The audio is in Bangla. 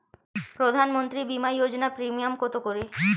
প্রধানমন্ত্রী বিমা যোজনা প্রিমিয়াম কত করে?